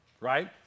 right